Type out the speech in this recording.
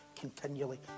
Continually